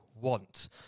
want